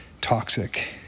toxic